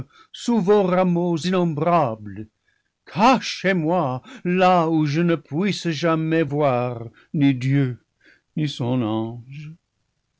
vos rameaux innombrables cachez-moi là où je ne puisse jamais voir ni dieu ni son ange